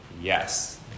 Yes